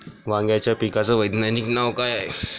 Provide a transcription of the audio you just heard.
वांग्याच्या पिकाचं वैज्ञानिक नाव का हाये?